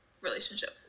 relationship